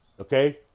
Okay